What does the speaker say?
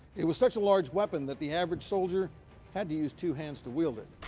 it was such a large weapon that the average soldier had to use two hands to wield it,